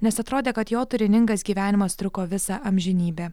nes atrodė kad jo turiningas gyvenimas truko visą amžinybę